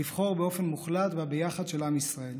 לבחור באופן מוחלט בביחד של עם ישראל.